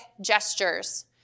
gestures